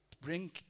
bring